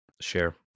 share